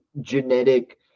genetic